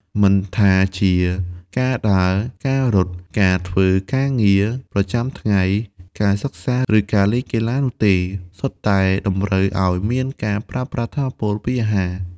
មិនថាជា ការដើរ ការរត់ ការធ្វើការងារ ប្រចាំថ្ងៃ ការសិក្សា ឬ ការលេងកីឡា នោះទេ សុទ្ធតែតម្រូវឱ្យមានការប្រើប្រាស់ថាមពលពីអាហារ។